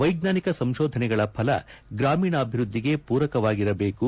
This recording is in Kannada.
ವೈಜ್ಞಾನಿಕ ಸಂಶೋಧನೆಗಳ ಫಲ ಗ್ರಾಮೀಣಾಭಿವ್ಯದ್ದಿಗೆ ಪೂರಕವಾಗಿರಬೇಕು